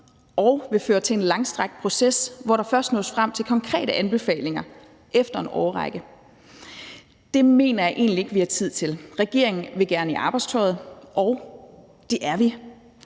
det vil føre til en langstrakt proces, hvor der først nås frem til konkrete anbefalinger efter en årrække. Det mener jeg egentlig ikke vi har tid til. Regeringen vil gerne i arbejdstøjet, og det er vi.